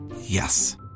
Yes